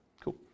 Cool